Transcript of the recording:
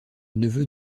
neveu